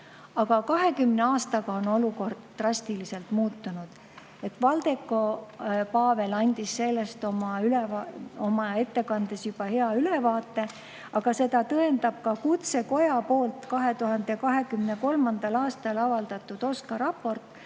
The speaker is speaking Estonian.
Aga 20 aastaga on olukord drastiliselt muutunud. Valdeko Paavel andis sellest oma ettekandes juba hea ülevaate, aga seda tõendab ka Kutsekoja 2023. aastal avaldatud OSKA raport,